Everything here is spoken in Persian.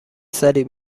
سری